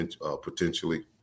potentially